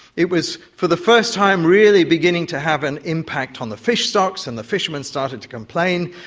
it was, for the first time, really beginning to have an impact on the fish stocks and the fishermen started to complain,